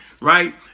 right